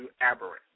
aberrant